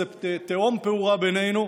זו תהום פעורה בינינו,